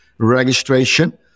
registration